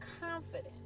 confident